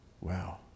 Wow